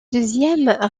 deuxième